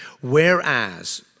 Whereas